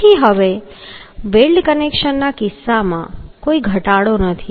તેથી હવે વેલ્ડ કનેક્શનના કિસ્સામાં કોઈ ઘટાડો નથી